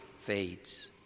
fades